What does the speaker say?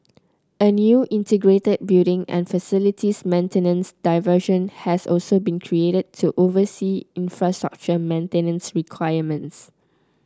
a new integrated building and facilities maintenance division has also been created to oversee infrastructure maintenance requirements